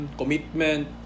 commitment